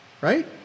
right